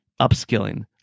upskilling